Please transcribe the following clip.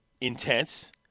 intense